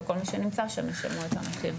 וכל מי שנמצא שם ישלמו את המחיר.